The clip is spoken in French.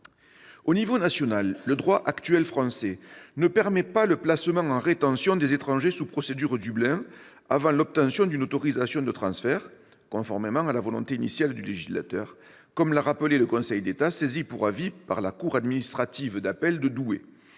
l'échelon national, le droit actuel français ne permet pas le placement en rétention des étrangers sous procédure Dublin avant l'obtention d'une autorisation de transfert, conformément à la volonté initiale du législateur, comme l'a rappelé le Conseil d'État, saisi pour avis par la cour administrative d'appel de Douai.